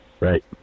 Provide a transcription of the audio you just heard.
Right